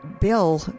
Bill